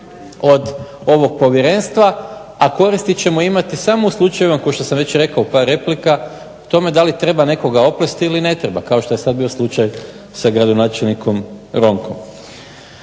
od ovog povjerenstva, a koristi ćemo imati samo u slučajevima kao što sam već rekao u par replika, u tome da li treba nekoga oplesti ili ne treba, kao što je sad bio slučaj sa gradonačelnikom Ronkom.